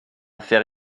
faire